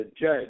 judge